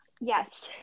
yes